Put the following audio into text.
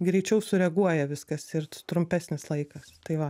greičiau sureaguoja viskas ir t trumpesnis laikas tai va